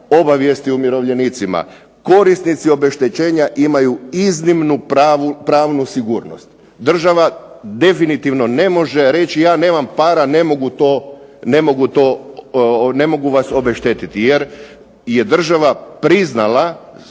obavijesti umirovljenicima, korisnici obeštećenja imaju iznimnu pravnu sigurnost. Država definitivno ne može reći ja nemam para, ne mogu to, ne mogu vas obeštetiti, jer je država priznala,